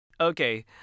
Okay